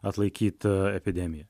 atlaikyt epidemiją